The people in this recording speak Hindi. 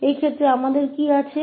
तो इस मामले में हमारे पास क्या है